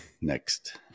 next